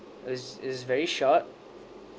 it's it's very short